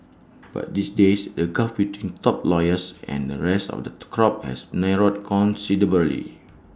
but these days the gulf between top lawyers and the rest of the crop has narrowed considerably